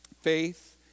faith